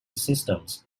systems